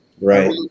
Right